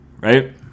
right